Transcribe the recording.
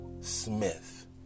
Smith